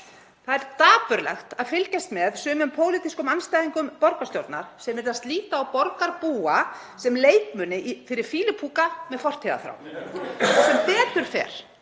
Það er dapurlegt að fylgjast með sumum pólitískum andstæðingum borgarstjórnar sem virðast líta á borgarbúa sem leikmuni fyrir fýlupoka með fortíðarþrá. (Gripið fram